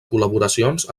col·laboracions